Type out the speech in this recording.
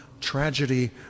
tragedy